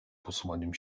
posuwaniem